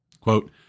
Quote